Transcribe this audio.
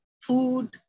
food